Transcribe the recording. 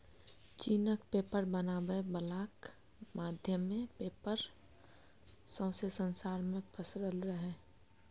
चीनक पेपर बनाबै बलाक माध्यमे पेपर सौंसे संसार मे पसरल रहय